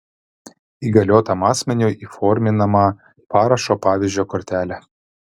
įgaliotam asmeniui įforminama parašo pavyzdžio kortelė